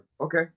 okay